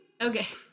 okay